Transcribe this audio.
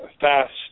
fast